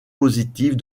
positives